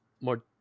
more